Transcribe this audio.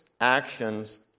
actions